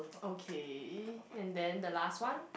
okay and then the last one